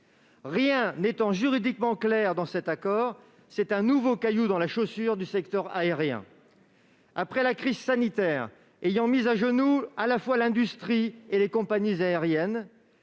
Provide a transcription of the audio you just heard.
Rien n'étant juridiquement clair dans cet accord, il constitue un nouveau caillou dans la chaussure du secteur aérien. Après la crise sanitaire qui a mis à genoux à la fois l'industrie et les compagnies aériennes,